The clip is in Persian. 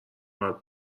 نباید